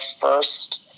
first